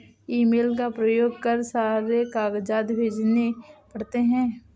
email का प्रयोग कर सारे कागजात भेजने पड़ते हैं